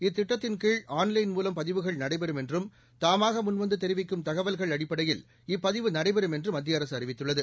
இத்திட்டத்தின் கீழ் ஆன்லைன் மூலம் பதிவுகள் நடைபெறும் என்றும் தாமாக முன்வந்து தெரிவிக்கும் தகவல்கள் அடிப்படையில் இப்பதிவு நடைபெறும் என்று மத்திய அரசு அறிவித்துள்ளது